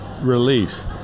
relief